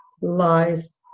lies